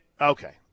Okay